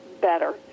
better